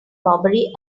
robbery